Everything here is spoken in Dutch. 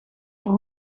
per